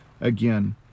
again